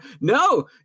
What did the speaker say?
No